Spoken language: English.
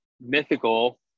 mythical